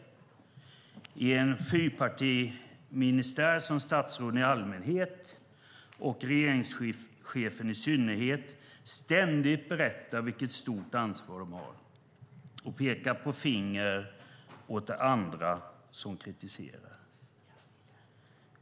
Det är en fyrpartiministär där statsråden i allmänhet och regeringschefen i synnerhet ständigt berättar vilket stort ansvar de har och pekar finger åt andra som kritiserar.